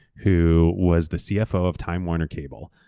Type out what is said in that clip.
who was the cfo of time warner cable.